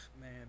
Man